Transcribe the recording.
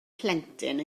plentyn